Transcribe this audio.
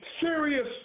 serious